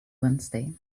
wednesday